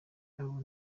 ryabo